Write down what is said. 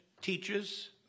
teaches